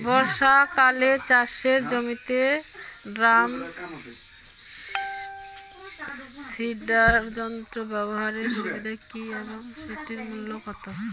বর্ষাকালে চাষের জমিতে ড্রাম সিডার যন্ত্র ব্যবহারের সুবিধা কী এবং সেটির মূল্য কত?